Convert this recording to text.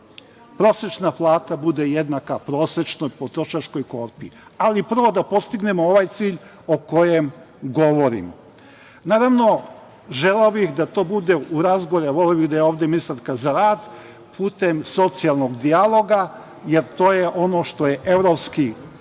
prosečna plata bude prosečnoj potrošačkoj korpi, ali prvo da postignemo ovaj cilj o kojem govorim. Naravno, želeo bih da to bude u razgovoru, voleo bih da je ovde ministarka za rad, putem socijalnog dijaloga, jer to je ono što je evropska vrednost